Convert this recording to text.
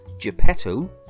Geppetto